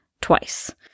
twice